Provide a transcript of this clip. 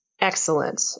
excellent